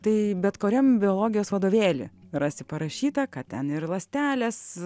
tai bet kuriam biologijos vadovėly rasi parašyta kad ten ir ląstelės